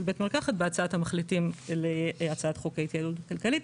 בית מרקחת בהצעת המחליטים להצעת חוק ההתייעלות הכלכלית,